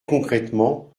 concrètement